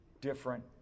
different